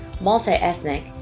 multi-ethnic